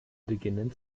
beginnen